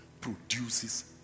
produces